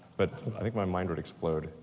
but i think my mind would explode.